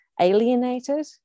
alienated